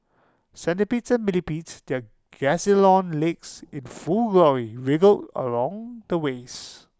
centipedes and millipedes their gazillion legs in full glory wriggled along the waste